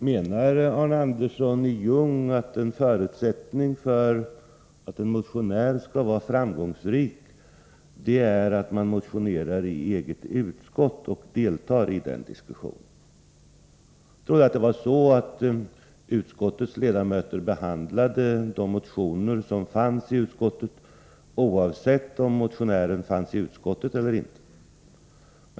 Herr talman! Menar Arne Andersson i Ljung att en förutsättning för att en motionär skall vara framgångsrik är att han motionerar i eget utskott och deltar i diskussionen där? Jag trodde att det var så, att utskottets ledamöter behandlade de motioner som kommit in till utskottet oavsett om motionären fanns i utskottet eller inte.